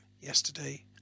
Yesterday